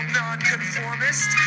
non-conformist